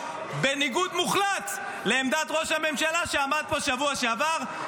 בניגוד מוחלט לעמדת ראש שהממשלה שעמד פה בשבוע שעבר.